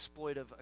exploitive